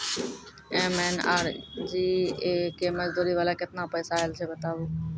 MNREGA के मज़दूरी वाला केतना पैसा आयल छै बताबू?